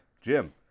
Jim